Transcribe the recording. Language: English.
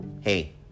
Hey